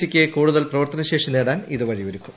C യ്ക്ക് കൂടുതൽ പ്രവർത്തനശേഷി നേടാൻ ഇത് വഴിയൊരുക്കും